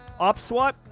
OpsWAT